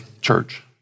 church